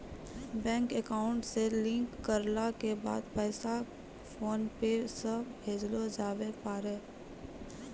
bank account से link करला के बाद पैसा फोनपे से भेजलो जावै पारै